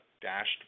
dashed